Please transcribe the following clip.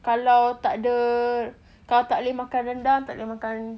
kalau takda kalau tak boleh makan rendang tak boleh makan